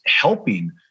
helping